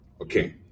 Okay